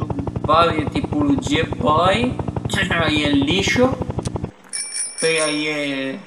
A i sun varie tipologie dë bai, ën genere a ie ël liscio, pöi a ie